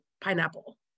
pineapple